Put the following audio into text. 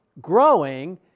growing